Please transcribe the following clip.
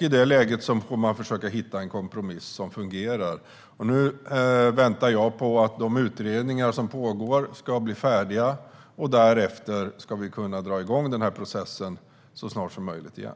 I det läget får man försöka hitta en kompromiss som fungerar. Nu väntar jag på att de utredningar som pågår ska bli färdiga. Därefter ska vi så snart som möjligt kunna dra i gång den här processen igen.